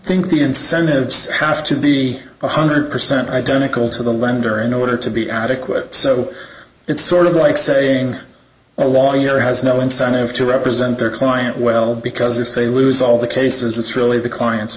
think the incentives has to be one hundred percent identical to the lender in order to be adequate so it's sort of like saying a lawyer has no incentive to represent their client well because if they lose all the cases it's really the client